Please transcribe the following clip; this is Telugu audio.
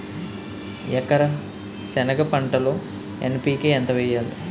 ఎకర సెనగ పంటలో ఎన్.పి.కె ఎంత వేయాలి?